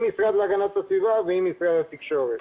המשרד להגנת הסביבה ועם משרד התקשורת.